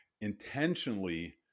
intentionally